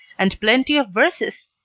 and plenty of verses.